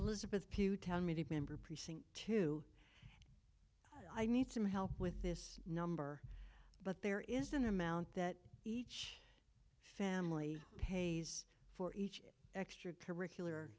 elizabeth putah member precinct two i need some help with this number but there is an amount that each family pays for each extra curricular